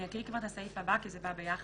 אני אקריא כבר את הסעיף הבא, כי זה בא ביחד.